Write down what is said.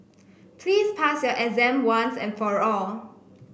please pass your exam once and for all